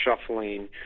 shuffling